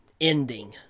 ending